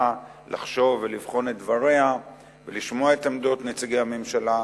לחשוב ולבחון את דבריה ולשמוע את עמדות נציגי הממשלה,